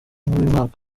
mwaka